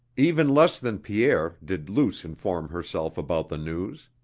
even less than pierre did luce inform herself about the news.